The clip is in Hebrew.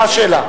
כן,